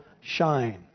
shine